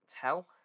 tell